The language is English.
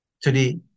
today